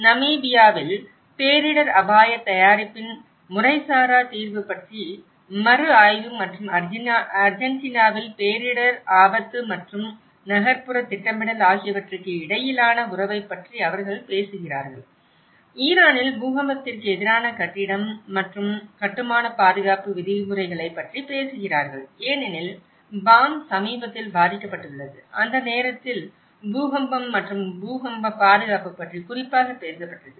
நமீபியாவில் பேரிடர் அபாயத் தயாரிப்பின் முறைசாரா தீர்வு பற்றிய மறுஆய்வு மற்றும் அர்ஜென்டினாவில் பேரிடர் ஆபத்து மற்றும் நகர்ப்புறத் திட்டமிடல் ஆகியவற்றுக்கு இடையிலான உறவைப் பற்றி அவர்கள் பேசுகிறார்கள் ஈரானில் பூகம்பத்திற்கு எதிரான கட்டிடம் மற்றும் கட்டுமான பாதுகாப்பு விதிமுறைகளைப் பற்றி பேசுகிறார்கள் ஏனெனில் பாம் சமீபத்தில் பாதிக்கப்பட்டுள்ளது அந்த நேரத்தில் பூகம்பம் மற்றும் பூகம்ப பாதுகாப்பு பற்றி குறிப்பாக பேசப்பட்டது